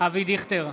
אבי דיכטר,